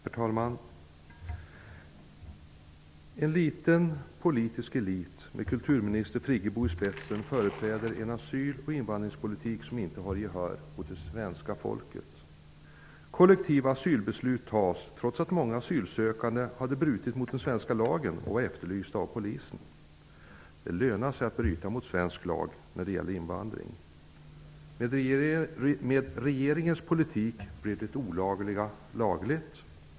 Herr talman! En liten politisk elit med kulturminister Friggebo i spetsen företräder en asyl och invandringspolitik som inte har gehör hos det svenska folket. Kollektiva asylbeslut fattas trots att många asylsökande har brutit mot den svenska lagen och är efterlysta av polisen. Det lönar sig att bryta mot svensk lag när det gäller invandring. Med regeringens politik blir det olagliga lagligt.